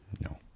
no